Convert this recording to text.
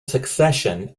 succession